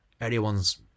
everyone's